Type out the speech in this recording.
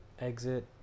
Exit